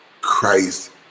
Christ